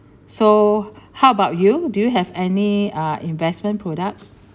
so how about you do you have any uh investment products